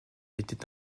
était